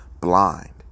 blind